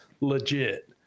legit